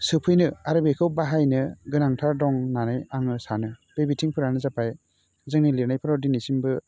सोफैनो आरो बेखौ बाहायनो गोनांथार दं होननानै आङो सानो बे बिथिंफोरानो जाबाय जोंनि लिरनायफोराव दिनैसिमबो